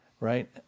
right